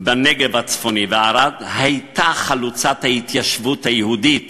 בנגב הצפוני, וערד הייתה חלוצת ההתיישבות היהודית